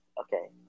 Okay